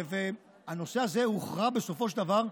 הנושא הזה הוכרע בסופו של דבר,